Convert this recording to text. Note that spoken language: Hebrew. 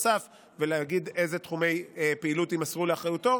הנוסף ולהגיד אילו תחומי פעילות יימסרו לאחריותו,